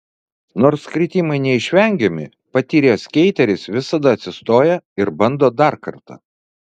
nors kritimai neišvengiami patyręs skeiteris visada atsistoja ir bando dar kartą